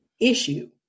issue